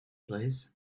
place